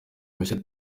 mushya